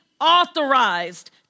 authorized